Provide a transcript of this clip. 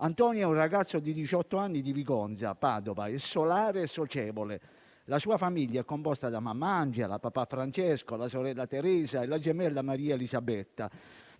Antonio è un ragazzo di diciotto anni di Vigonza, in provincia di Padova; è solare e socievole. La sua famiglia è composta da mamma Angela, papà Francesco, la sorella Teresa e la gemella Maria Elisabetta.